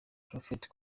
prophet